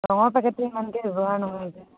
ৰঙৰ পেকেটটো ইমানকৈ ব্যৱহাৰ নহয় যে